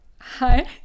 hi